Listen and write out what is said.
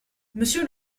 monsieur